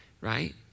right